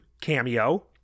cameo